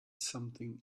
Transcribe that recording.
something